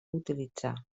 utilitzar